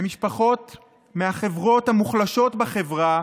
הן משפחות מהשכבות המוחלשות בחברה,